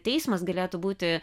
teismas galėtų būti